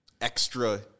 extra